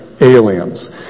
aliens